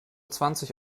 zwanzig